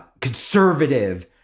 conservative